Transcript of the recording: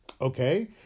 Okay